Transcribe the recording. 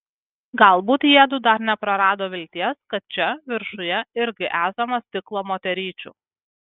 galbūt jiedu dar neprarado vilties kad čia viršuje irgi esama stiklo moteryčių